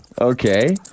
Okay